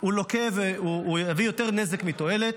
הוא לוקה ויביא יותר נזק מתועלת,